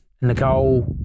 Nicole